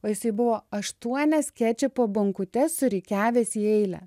o jisai buvo aštuonias kečupo bonkutes surikiavęs į eilę